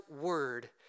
word